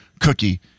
cookie